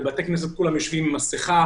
בבתי כנסת כולם יושבים עם מסכה,